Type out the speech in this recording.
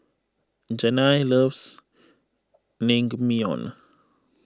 Janay loves Naengmyeon